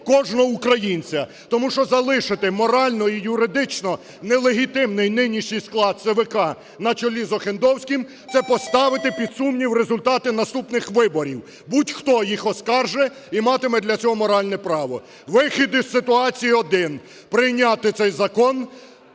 кожного українця. Тому що залишити морально і юридично нелегітимний нинішній склад ЦВК на чолі з Охендовським – це поставити під сумнів результати наступних виборів. Будь-хто їх оскаржить і матиме для цього моральне право. Вихід із ситуації один: прийняти цей закон,